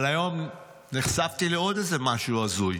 אבל היום נחשפתי לעוד איזה משהו הזוי.